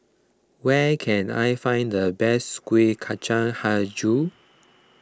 where can I find the best Kuih Kacang HiJau